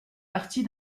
partie